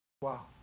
Wow